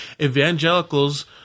evangelicals